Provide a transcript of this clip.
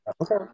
Okay